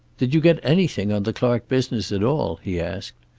did you get anything on the clark business at all? he asked.